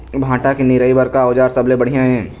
भांटा के निराई बर का औजार सबले बढ़िया ये?